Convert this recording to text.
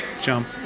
jump